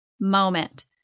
moment